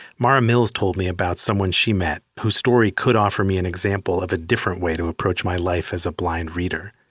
mara mills told me about someone she met whose story could offer me an example of a different way to approach my life as a blind reader.